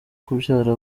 kubyara